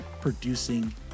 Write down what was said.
Producing